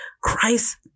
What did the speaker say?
Christ